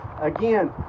Again